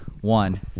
One